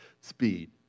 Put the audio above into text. speed